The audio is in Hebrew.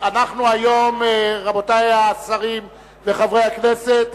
רבותי השרים וחברי הכנסת,